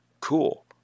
cool